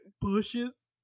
bushes